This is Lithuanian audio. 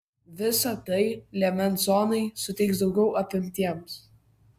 visa tai liemens zonai suteiks daugiau apimtiems